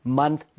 month